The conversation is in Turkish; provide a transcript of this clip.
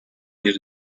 bir